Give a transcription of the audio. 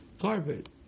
Carpet